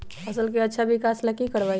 फसल के अच्छा विकास ला की करवाई?